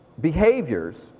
behaviors